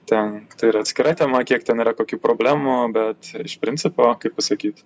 ten ir atskira tema kiek ten yra kokių problemų bet iš principo kaip pasakyt